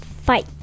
fight